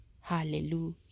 Hallelujah